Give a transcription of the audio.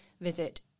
visit